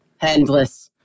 endless